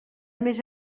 mes